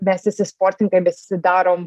mes visi sportininkai mes visi darom